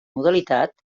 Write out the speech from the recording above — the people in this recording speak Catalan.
modalitat